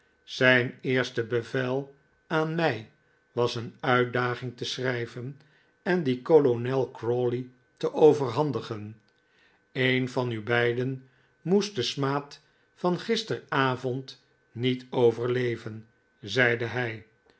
zijn eerste bevel aan mij was een uitdaging te schrijven en die kolonel crawley te overhandigen een van u beiden moest den smaad van gisteravond niet overleven zeide hij